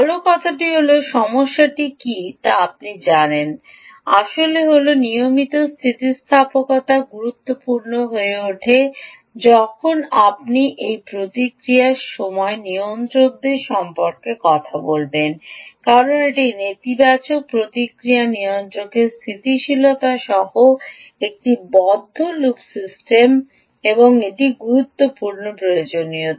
ভাল কথাটি হল সমস্যাটি কী তা আপনি জানেন আসলে হল নিয়মিত স্থিতিস্থাপকতা গুরুত্বপূর্ণ হয়ে ওঠে যখন আপনি এই প্রতিক্রিয়া সময় নিয়ন্ত্রকদের সম্পর্কে কথা বলবেন কারণ এটি নেতিবাচক প্রতিক্রিয়া নিয়ন্ত্রকের স্থিতিশীলতা সহ একটি বদ্ধ লুপ সিস্টেম একটি গুরুত্বপূর্ণ প্রয়োজনীয়তা